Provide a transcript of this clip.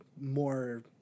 more